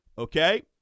Okay